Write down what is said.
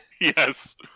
Yes